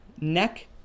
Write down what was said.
neck